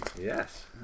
Yes